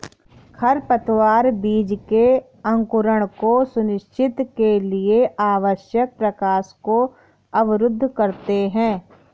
खरपतवार बीज के अंकुरण को सुनिश्चित के लिए आवश्यक प्रकाश को अवरुद्ध करते है